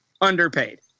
underpaid